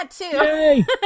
Yay